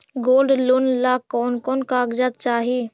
Gold loan ला कौन कौन कागजात चाही?